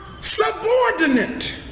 subordinate